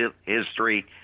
history